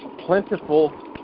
plentiful